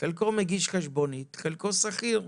חלקם מגישים חשבוניות וחלקם שכירים.